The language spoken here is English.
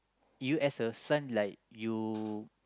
you as a son like you